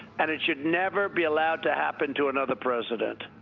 and it should never be allowed to happen to another president.